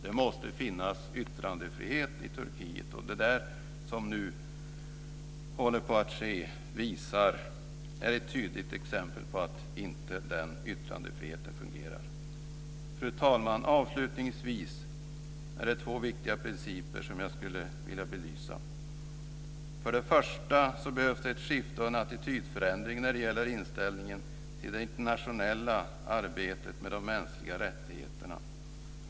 Det måste finnas yttrandefrihet i Turkiet. Det som nu håller på att ske är ett tydligt exempel på att yttrandefriheten inte fungerar. Fru talman! Avslutningsvis är det två viktiga principer som jag vill belysa. Till att börja med behövs det ett skifte och en attitydförändring när det gäller inställningen till det internationella arbetet med de mänskliga rättigheterna.